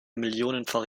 millionenfach